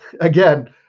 again